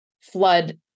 flood